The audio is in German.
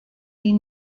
die